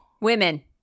Women